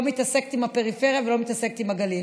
מתעסקת עם הפריפריה ולא מתעסקת עם הגליל,